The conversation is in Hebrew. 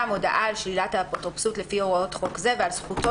הודעה על שלילת האפוטרופסות לפי הוראות חוק זה ועל זכותו